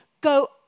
go